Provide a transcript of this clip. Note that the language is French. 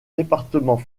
département